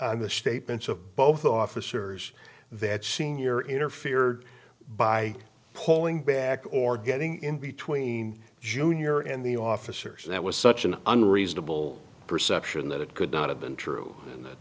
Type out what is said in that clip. on the statements of both officers that senior interfered by pulling back or getting in between junior and the officers and that was such an unreasonable perception that it could not have been true